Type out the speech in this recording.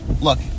look